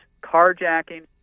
carjacking